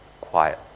quiet